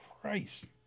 Christ